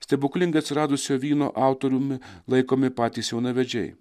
stebuklingai atsiradusio vyno autorium laikomi patys jaunavedžiai